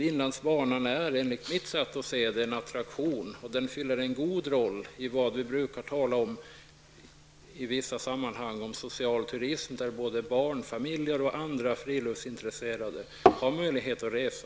Inlandsbanan är en attraktion och den fyller en bra funktion i det vi ibland brukar tala om som socialturism, där såväl barnfamiljer som friluftsintresserade har möjlighet att resa.